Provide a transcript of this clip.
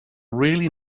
really